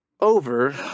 Over